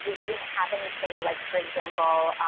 we didn't have anything like, for example,